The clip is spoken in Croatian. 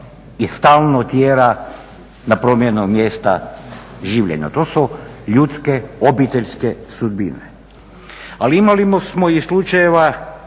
i stalno tjera na promjenu mjesta življenja. To su ljudske obiteljske sudbine. Ali imali smo slučajeva,